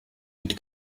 mit